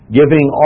giving